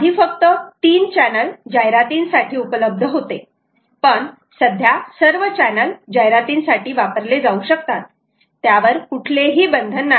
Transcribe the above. आधी फक्त 3 चॅनल जाहिरातींसाठी उपलब्ध होते पण सध्या सर्व चैनल जाहिरातींसाठी वापरले जाऊ शकतात त्यावर कुठलेही बंधन नाही